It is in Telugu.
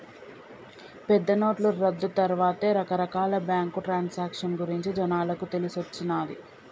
పెద్దనోట్ల రద్దు తర్వాతే రకరకాల బ్యేంకు ట్రాన్సాక్షన్ గురించి జనాలకు తెలిసొచ్చిన్నాది